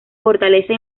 fortaleza